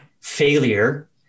failure